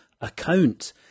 account